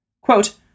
Quote